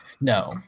No